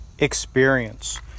experience